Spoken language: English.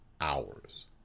hours